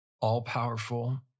all-powerful